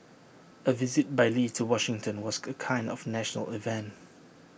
A visit by lee to Washington was A kind of national event